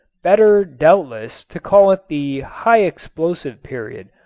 better, doubtless, to call it the high explosive period,